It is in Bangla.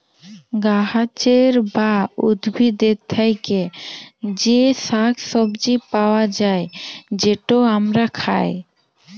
গাহাচের বা উদ্ভিদের থ্যাকে যে শাক সবজি পাউয়া যায়, যেট আমরা খায়